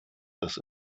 dass